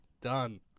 Done